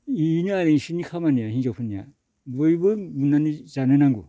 इनो आरो इसोरनि खामानिया हिनजावफोरनिया बयबो गुरनानै जानो नांगौ